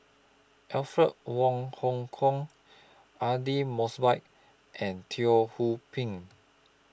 Alfred Wong Hong Kwok Aidli Mosbit and Teo Ho Pin